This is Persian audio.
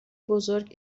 بزرگ